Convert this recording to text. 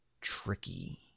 tricky